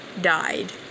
Died